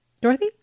Dorothy